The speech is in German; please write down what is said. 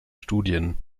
studien